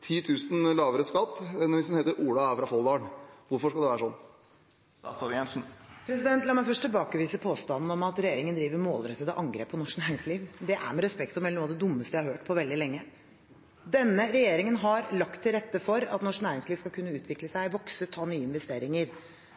enn hvis han heter Ola og er fra Folldalen. Hvorfor skal det være sånn? La meg først tilbakevise påstanden om at regjeringen driver målrettede angrep på norsk næringsliv. Det er, med respekt å melde, noe av det dummeste jeg har hørt på veldig lenge. Denne regjeringen har lagt til rette for at norsk næringsliv skal kunne utvikle seg, vokse, ta nye investeringer.